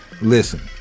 listen